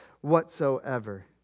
whatsoever